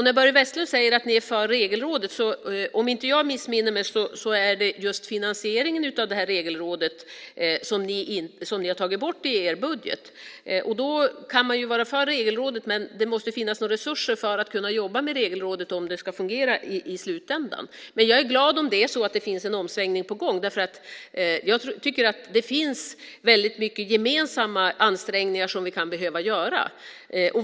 När Börje Vestlund säger att ni är för Regelrådet vill jag påpeka att om jag inte missminner mig är det just finansieringen av Regelrådet som ni har tagit bort i er budget. Man kan ju vara för Regelrådet, men det måste finnas resurser för att kunna jobba med Regelrådet om det ska fungera i slutändan. Men jag är glad om det är en omsvängning på gång därför att jag tycker att det finns väldigt mycket gemensamma ansträngningar som vi kan behöva göra.